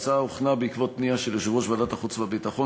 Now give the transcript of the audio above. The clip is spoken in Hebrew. ההצעה הוכנה בעקבות פנייה של יושב-ראש ועדת החוץ והביטחון